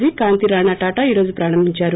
G Kanthi Rana Tata ఈ రోజు ప్రారంభించారు